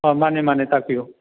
ꯑ ꯃꯥꯅꯦ ꯃꯥꯅꯦ ꯇꯥꯛꯄꯤꯌꯨ